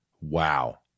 Wow